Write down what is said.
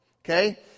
okay